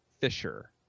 Fisher